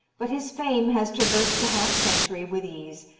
but his fame has traversed the half century with ease,